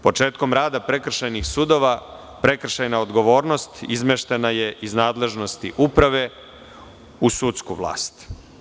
Početkom rada prekršajnih sudova, prekršajna odgovornost izmeštena je iz nadležnosti uprave u sudsku vlast.